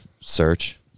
search